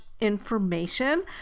information